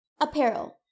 Apparel